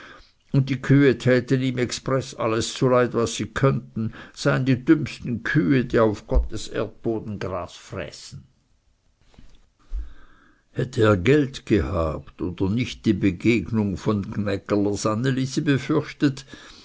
und die kühe täten ihm expreß alles zuleid was sie konnten seien die dümmsten kühe die auf gottes erdboden gras fräßen hätte er geld gehabt oder nicht die begegnung von gnägerlers anne lisi befürchtet